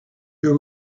your